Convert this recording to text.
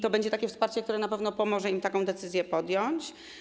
To będzie takie wsparcie, które na pewno pomoże im taką decyzję podjąć.